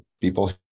people